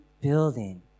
building